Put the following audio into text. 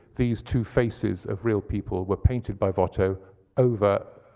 these two faces of real people were painted by watteau over